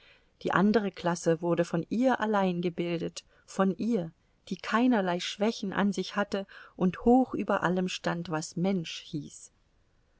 die andere klasse wurde von ihr allein gebildet von ihr die keinerlei schwächen an sich hatte und hoch über allem stand was mensch hieß